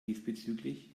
diesbezüglich